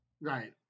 Right